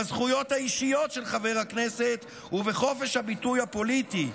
בזכויות האישיות של חבר הכנסת ובחופש הביטוי הפוליטי,